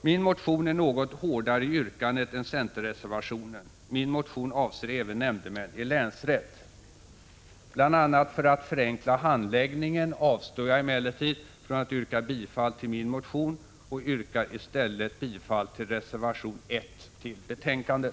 Min motion är något hårdare i yrkandet än centerreservationen. Min motion avser även nämndemän i länsrätt. Bl.a. för att förenkla handläggningen avstår jag emellertid från att yrka bifall till min motion och yrkar i stället bifall till reservation 1 som är fogad till betänkandet.